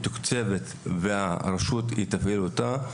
מתוקצבת והרשות היא תהיה זו שתפעיל אותה.